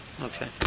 okay